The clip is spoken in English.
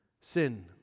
sin